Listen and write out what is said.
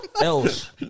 else